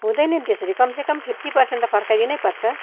हुँदैन नि त्यसरी कम से कम फिफ्टी पर्सेन्ट त फर्काइदिनै पर्छ